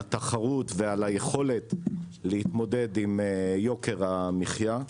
התחרות ועל היכולת להתמודד עם יוקר המחיה,